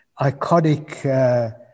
iconic